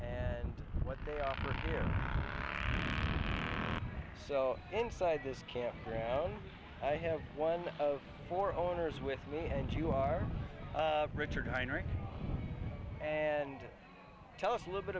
and what they are so inside this cafe i have one of four owners with me and you are richard diner and tell us a little bit